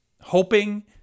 hoping